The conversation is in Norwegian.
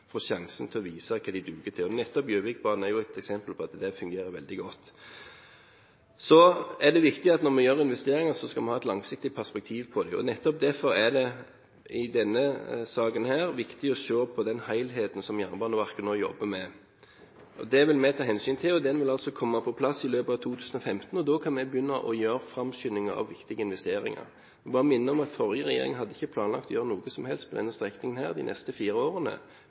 sjansen til å vise hva de duger til. Nettopp Gjøvikbanen er et eksempel på at det fungerer veldig godt. Det er viktig at vi, når vi gjør investeringer, har et langsiktig perspektiv på det. Nettopp derfor er det i denne saken viktig å se på den helheten som Jernbaneverket nå jobber med. Det vil vi ta hensyn til. Dette vil komme på plass i løpet av 2015. Da kan vi begynne å framskynde viktige investeringer. Jeg vil bare minne om at forrige regjering ikke hadde planlagt å gjøre noe som helst på denne strekningen de neste fire årene.